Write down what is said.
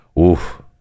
Oof